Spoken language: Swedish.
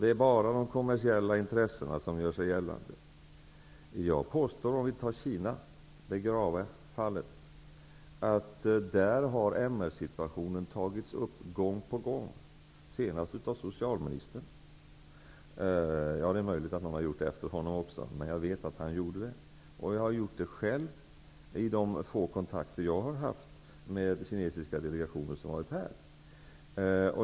''Det är bara de kommersiella intressena som gör sig gällande.'' Jag påstår att när det gäller Kina -- det grava fallet -- har MR-situationen tagits upp till diskussion gång på gång. Senast var det socialministern som gjorde det. Det är möjligt att någon även har gjort det efter honom. Jag har själv tagit upp frågan i de få kontakter jag har haft med kinesiska delegationer.